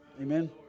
Amen